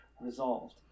resolved